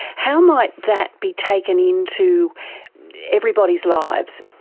how might that be taken into everybody's lives?